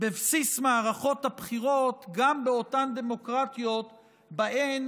בבסיס מערכות הבחירות גם באותן דמוקרטיות שבהן